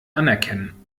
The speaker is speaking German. anerkennen